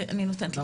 עצמך בשביל